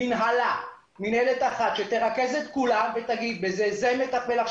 מינהלה אחת שתרכז את כולם ותגיד: בזה זה מטפל,